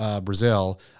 Brazil